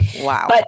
Wow